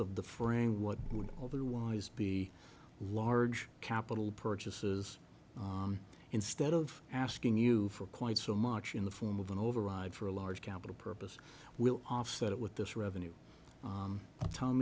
of the fraying what would otherwise be large capital purchases instead of asking you for quite so much in the form of an override for a large capital purpose will offset it with this revenue